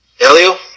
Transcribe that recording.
Elio